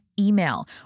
email